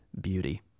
Beauty